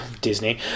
Disney